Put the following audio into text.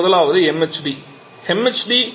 அவற்றில் முதலாவது MHD